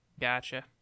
Gotcha